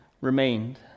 remained